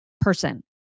person